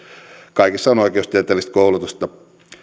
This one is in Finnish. kaikissa on oikeustieteellistä koulutusta